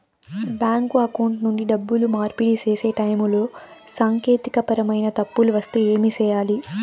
bank account నుండి డబ్బులు మార్పిడి సేసే టైములో సాంకేతికపరమైన తప్పులు వస్తే ఏమి సేయాలి